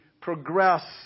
progress